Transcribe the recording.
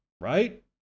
right